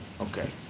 Okay